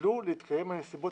חדלו להתקיים הנסיבות